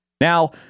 Now